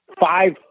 five